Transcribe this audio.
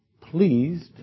pleased